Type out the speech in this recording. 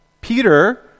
Peter